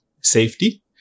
safety